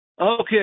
Okay